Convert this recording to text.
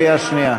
שנייה.